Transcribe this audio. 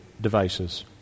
devices